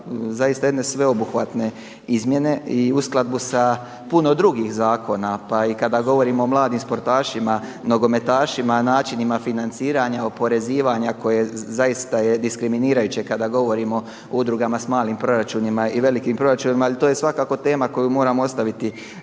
zaista jedne sveobuhvatne izmjene i uskladbu sa puno drugih zakona. Pa i kada govorimo o mladim sportašima, nogometašima, načinima financiranja, oporezivanja koje zaista je diskriminirajuće kada govorimo o udrugama s malim proračunima i velikim proračunima ali to je svakako tema koju moramo ostaviti